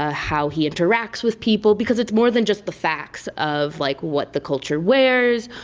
ah how he interacts with people, because it's more than just the facts of like what the culture wears,